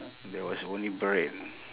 there was only bread